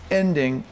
ending